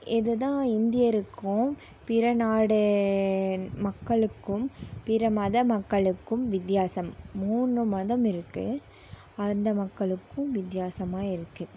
இது தான் இந்தியருக்கும் பிற நாடு மக்களுக்கும் பிற மத மக்களுக்கும் வித்தியாசம் மூனு மதம் இருக்குது அந்த மக்களுக்கும் வித்தியாசமாக இருக்கு